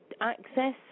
access